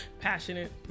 Passionate